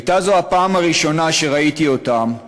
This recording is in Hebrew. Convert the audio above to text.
הייתה זו הפעם הראשונה שראיתי אותם,